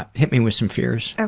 ah hit me with some fears. and